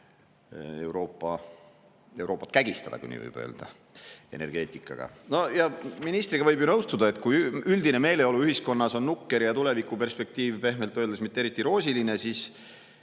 Euroopat energeetikaga kägistada, kui nii võib öelda. Ministriga võib ju nõustuda, et kui üldine meeleolu ühiskonnas on nukker ja tulevikuperspektiiv pehmelt öeldes mitte eriti roosiline, siis